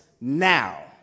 now